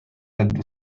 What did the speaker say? had